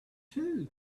too